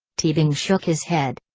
teabing shook his head.